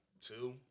two